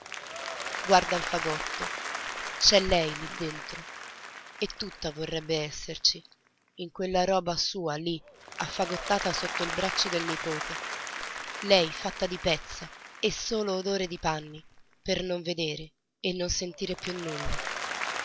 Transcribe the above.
guarda il fagotto c'è lei lì dentro e tutta vorrebbe esserci in quella roba sua lì affagottata sotto il braccio del nipote lei fatta di pezza e solo odore di panni per non vedere e non sentire più nulla